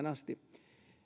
asti